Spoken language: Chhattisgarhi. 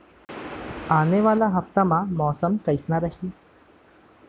आने वाला हफ्ता मा मौसम कइसना रही?